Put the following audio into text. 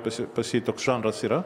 pas jį pas jį toks žanras yra